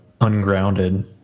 ungrounded